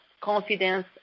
confidence